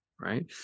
Right